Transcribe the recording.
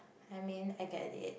I mean I get it